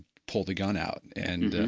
pull the gun out, and